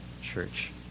church